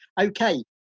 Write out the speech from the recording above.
okay